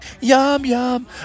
Yum-yum